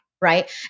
right